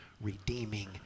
redeeming